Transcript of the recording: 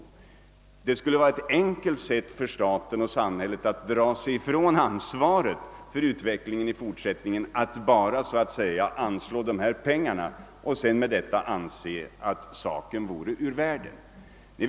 Att bara anslå dessa pengar och därmed anse att saken vore ur världen skulle vara ett enkelt sätt för staten och samhället att i fortsättningen dra sig ifrån ansvaret för utvecklingen.